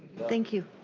thank you.